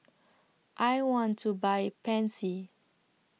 I want to Buy Pansy